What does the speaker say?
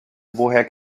woher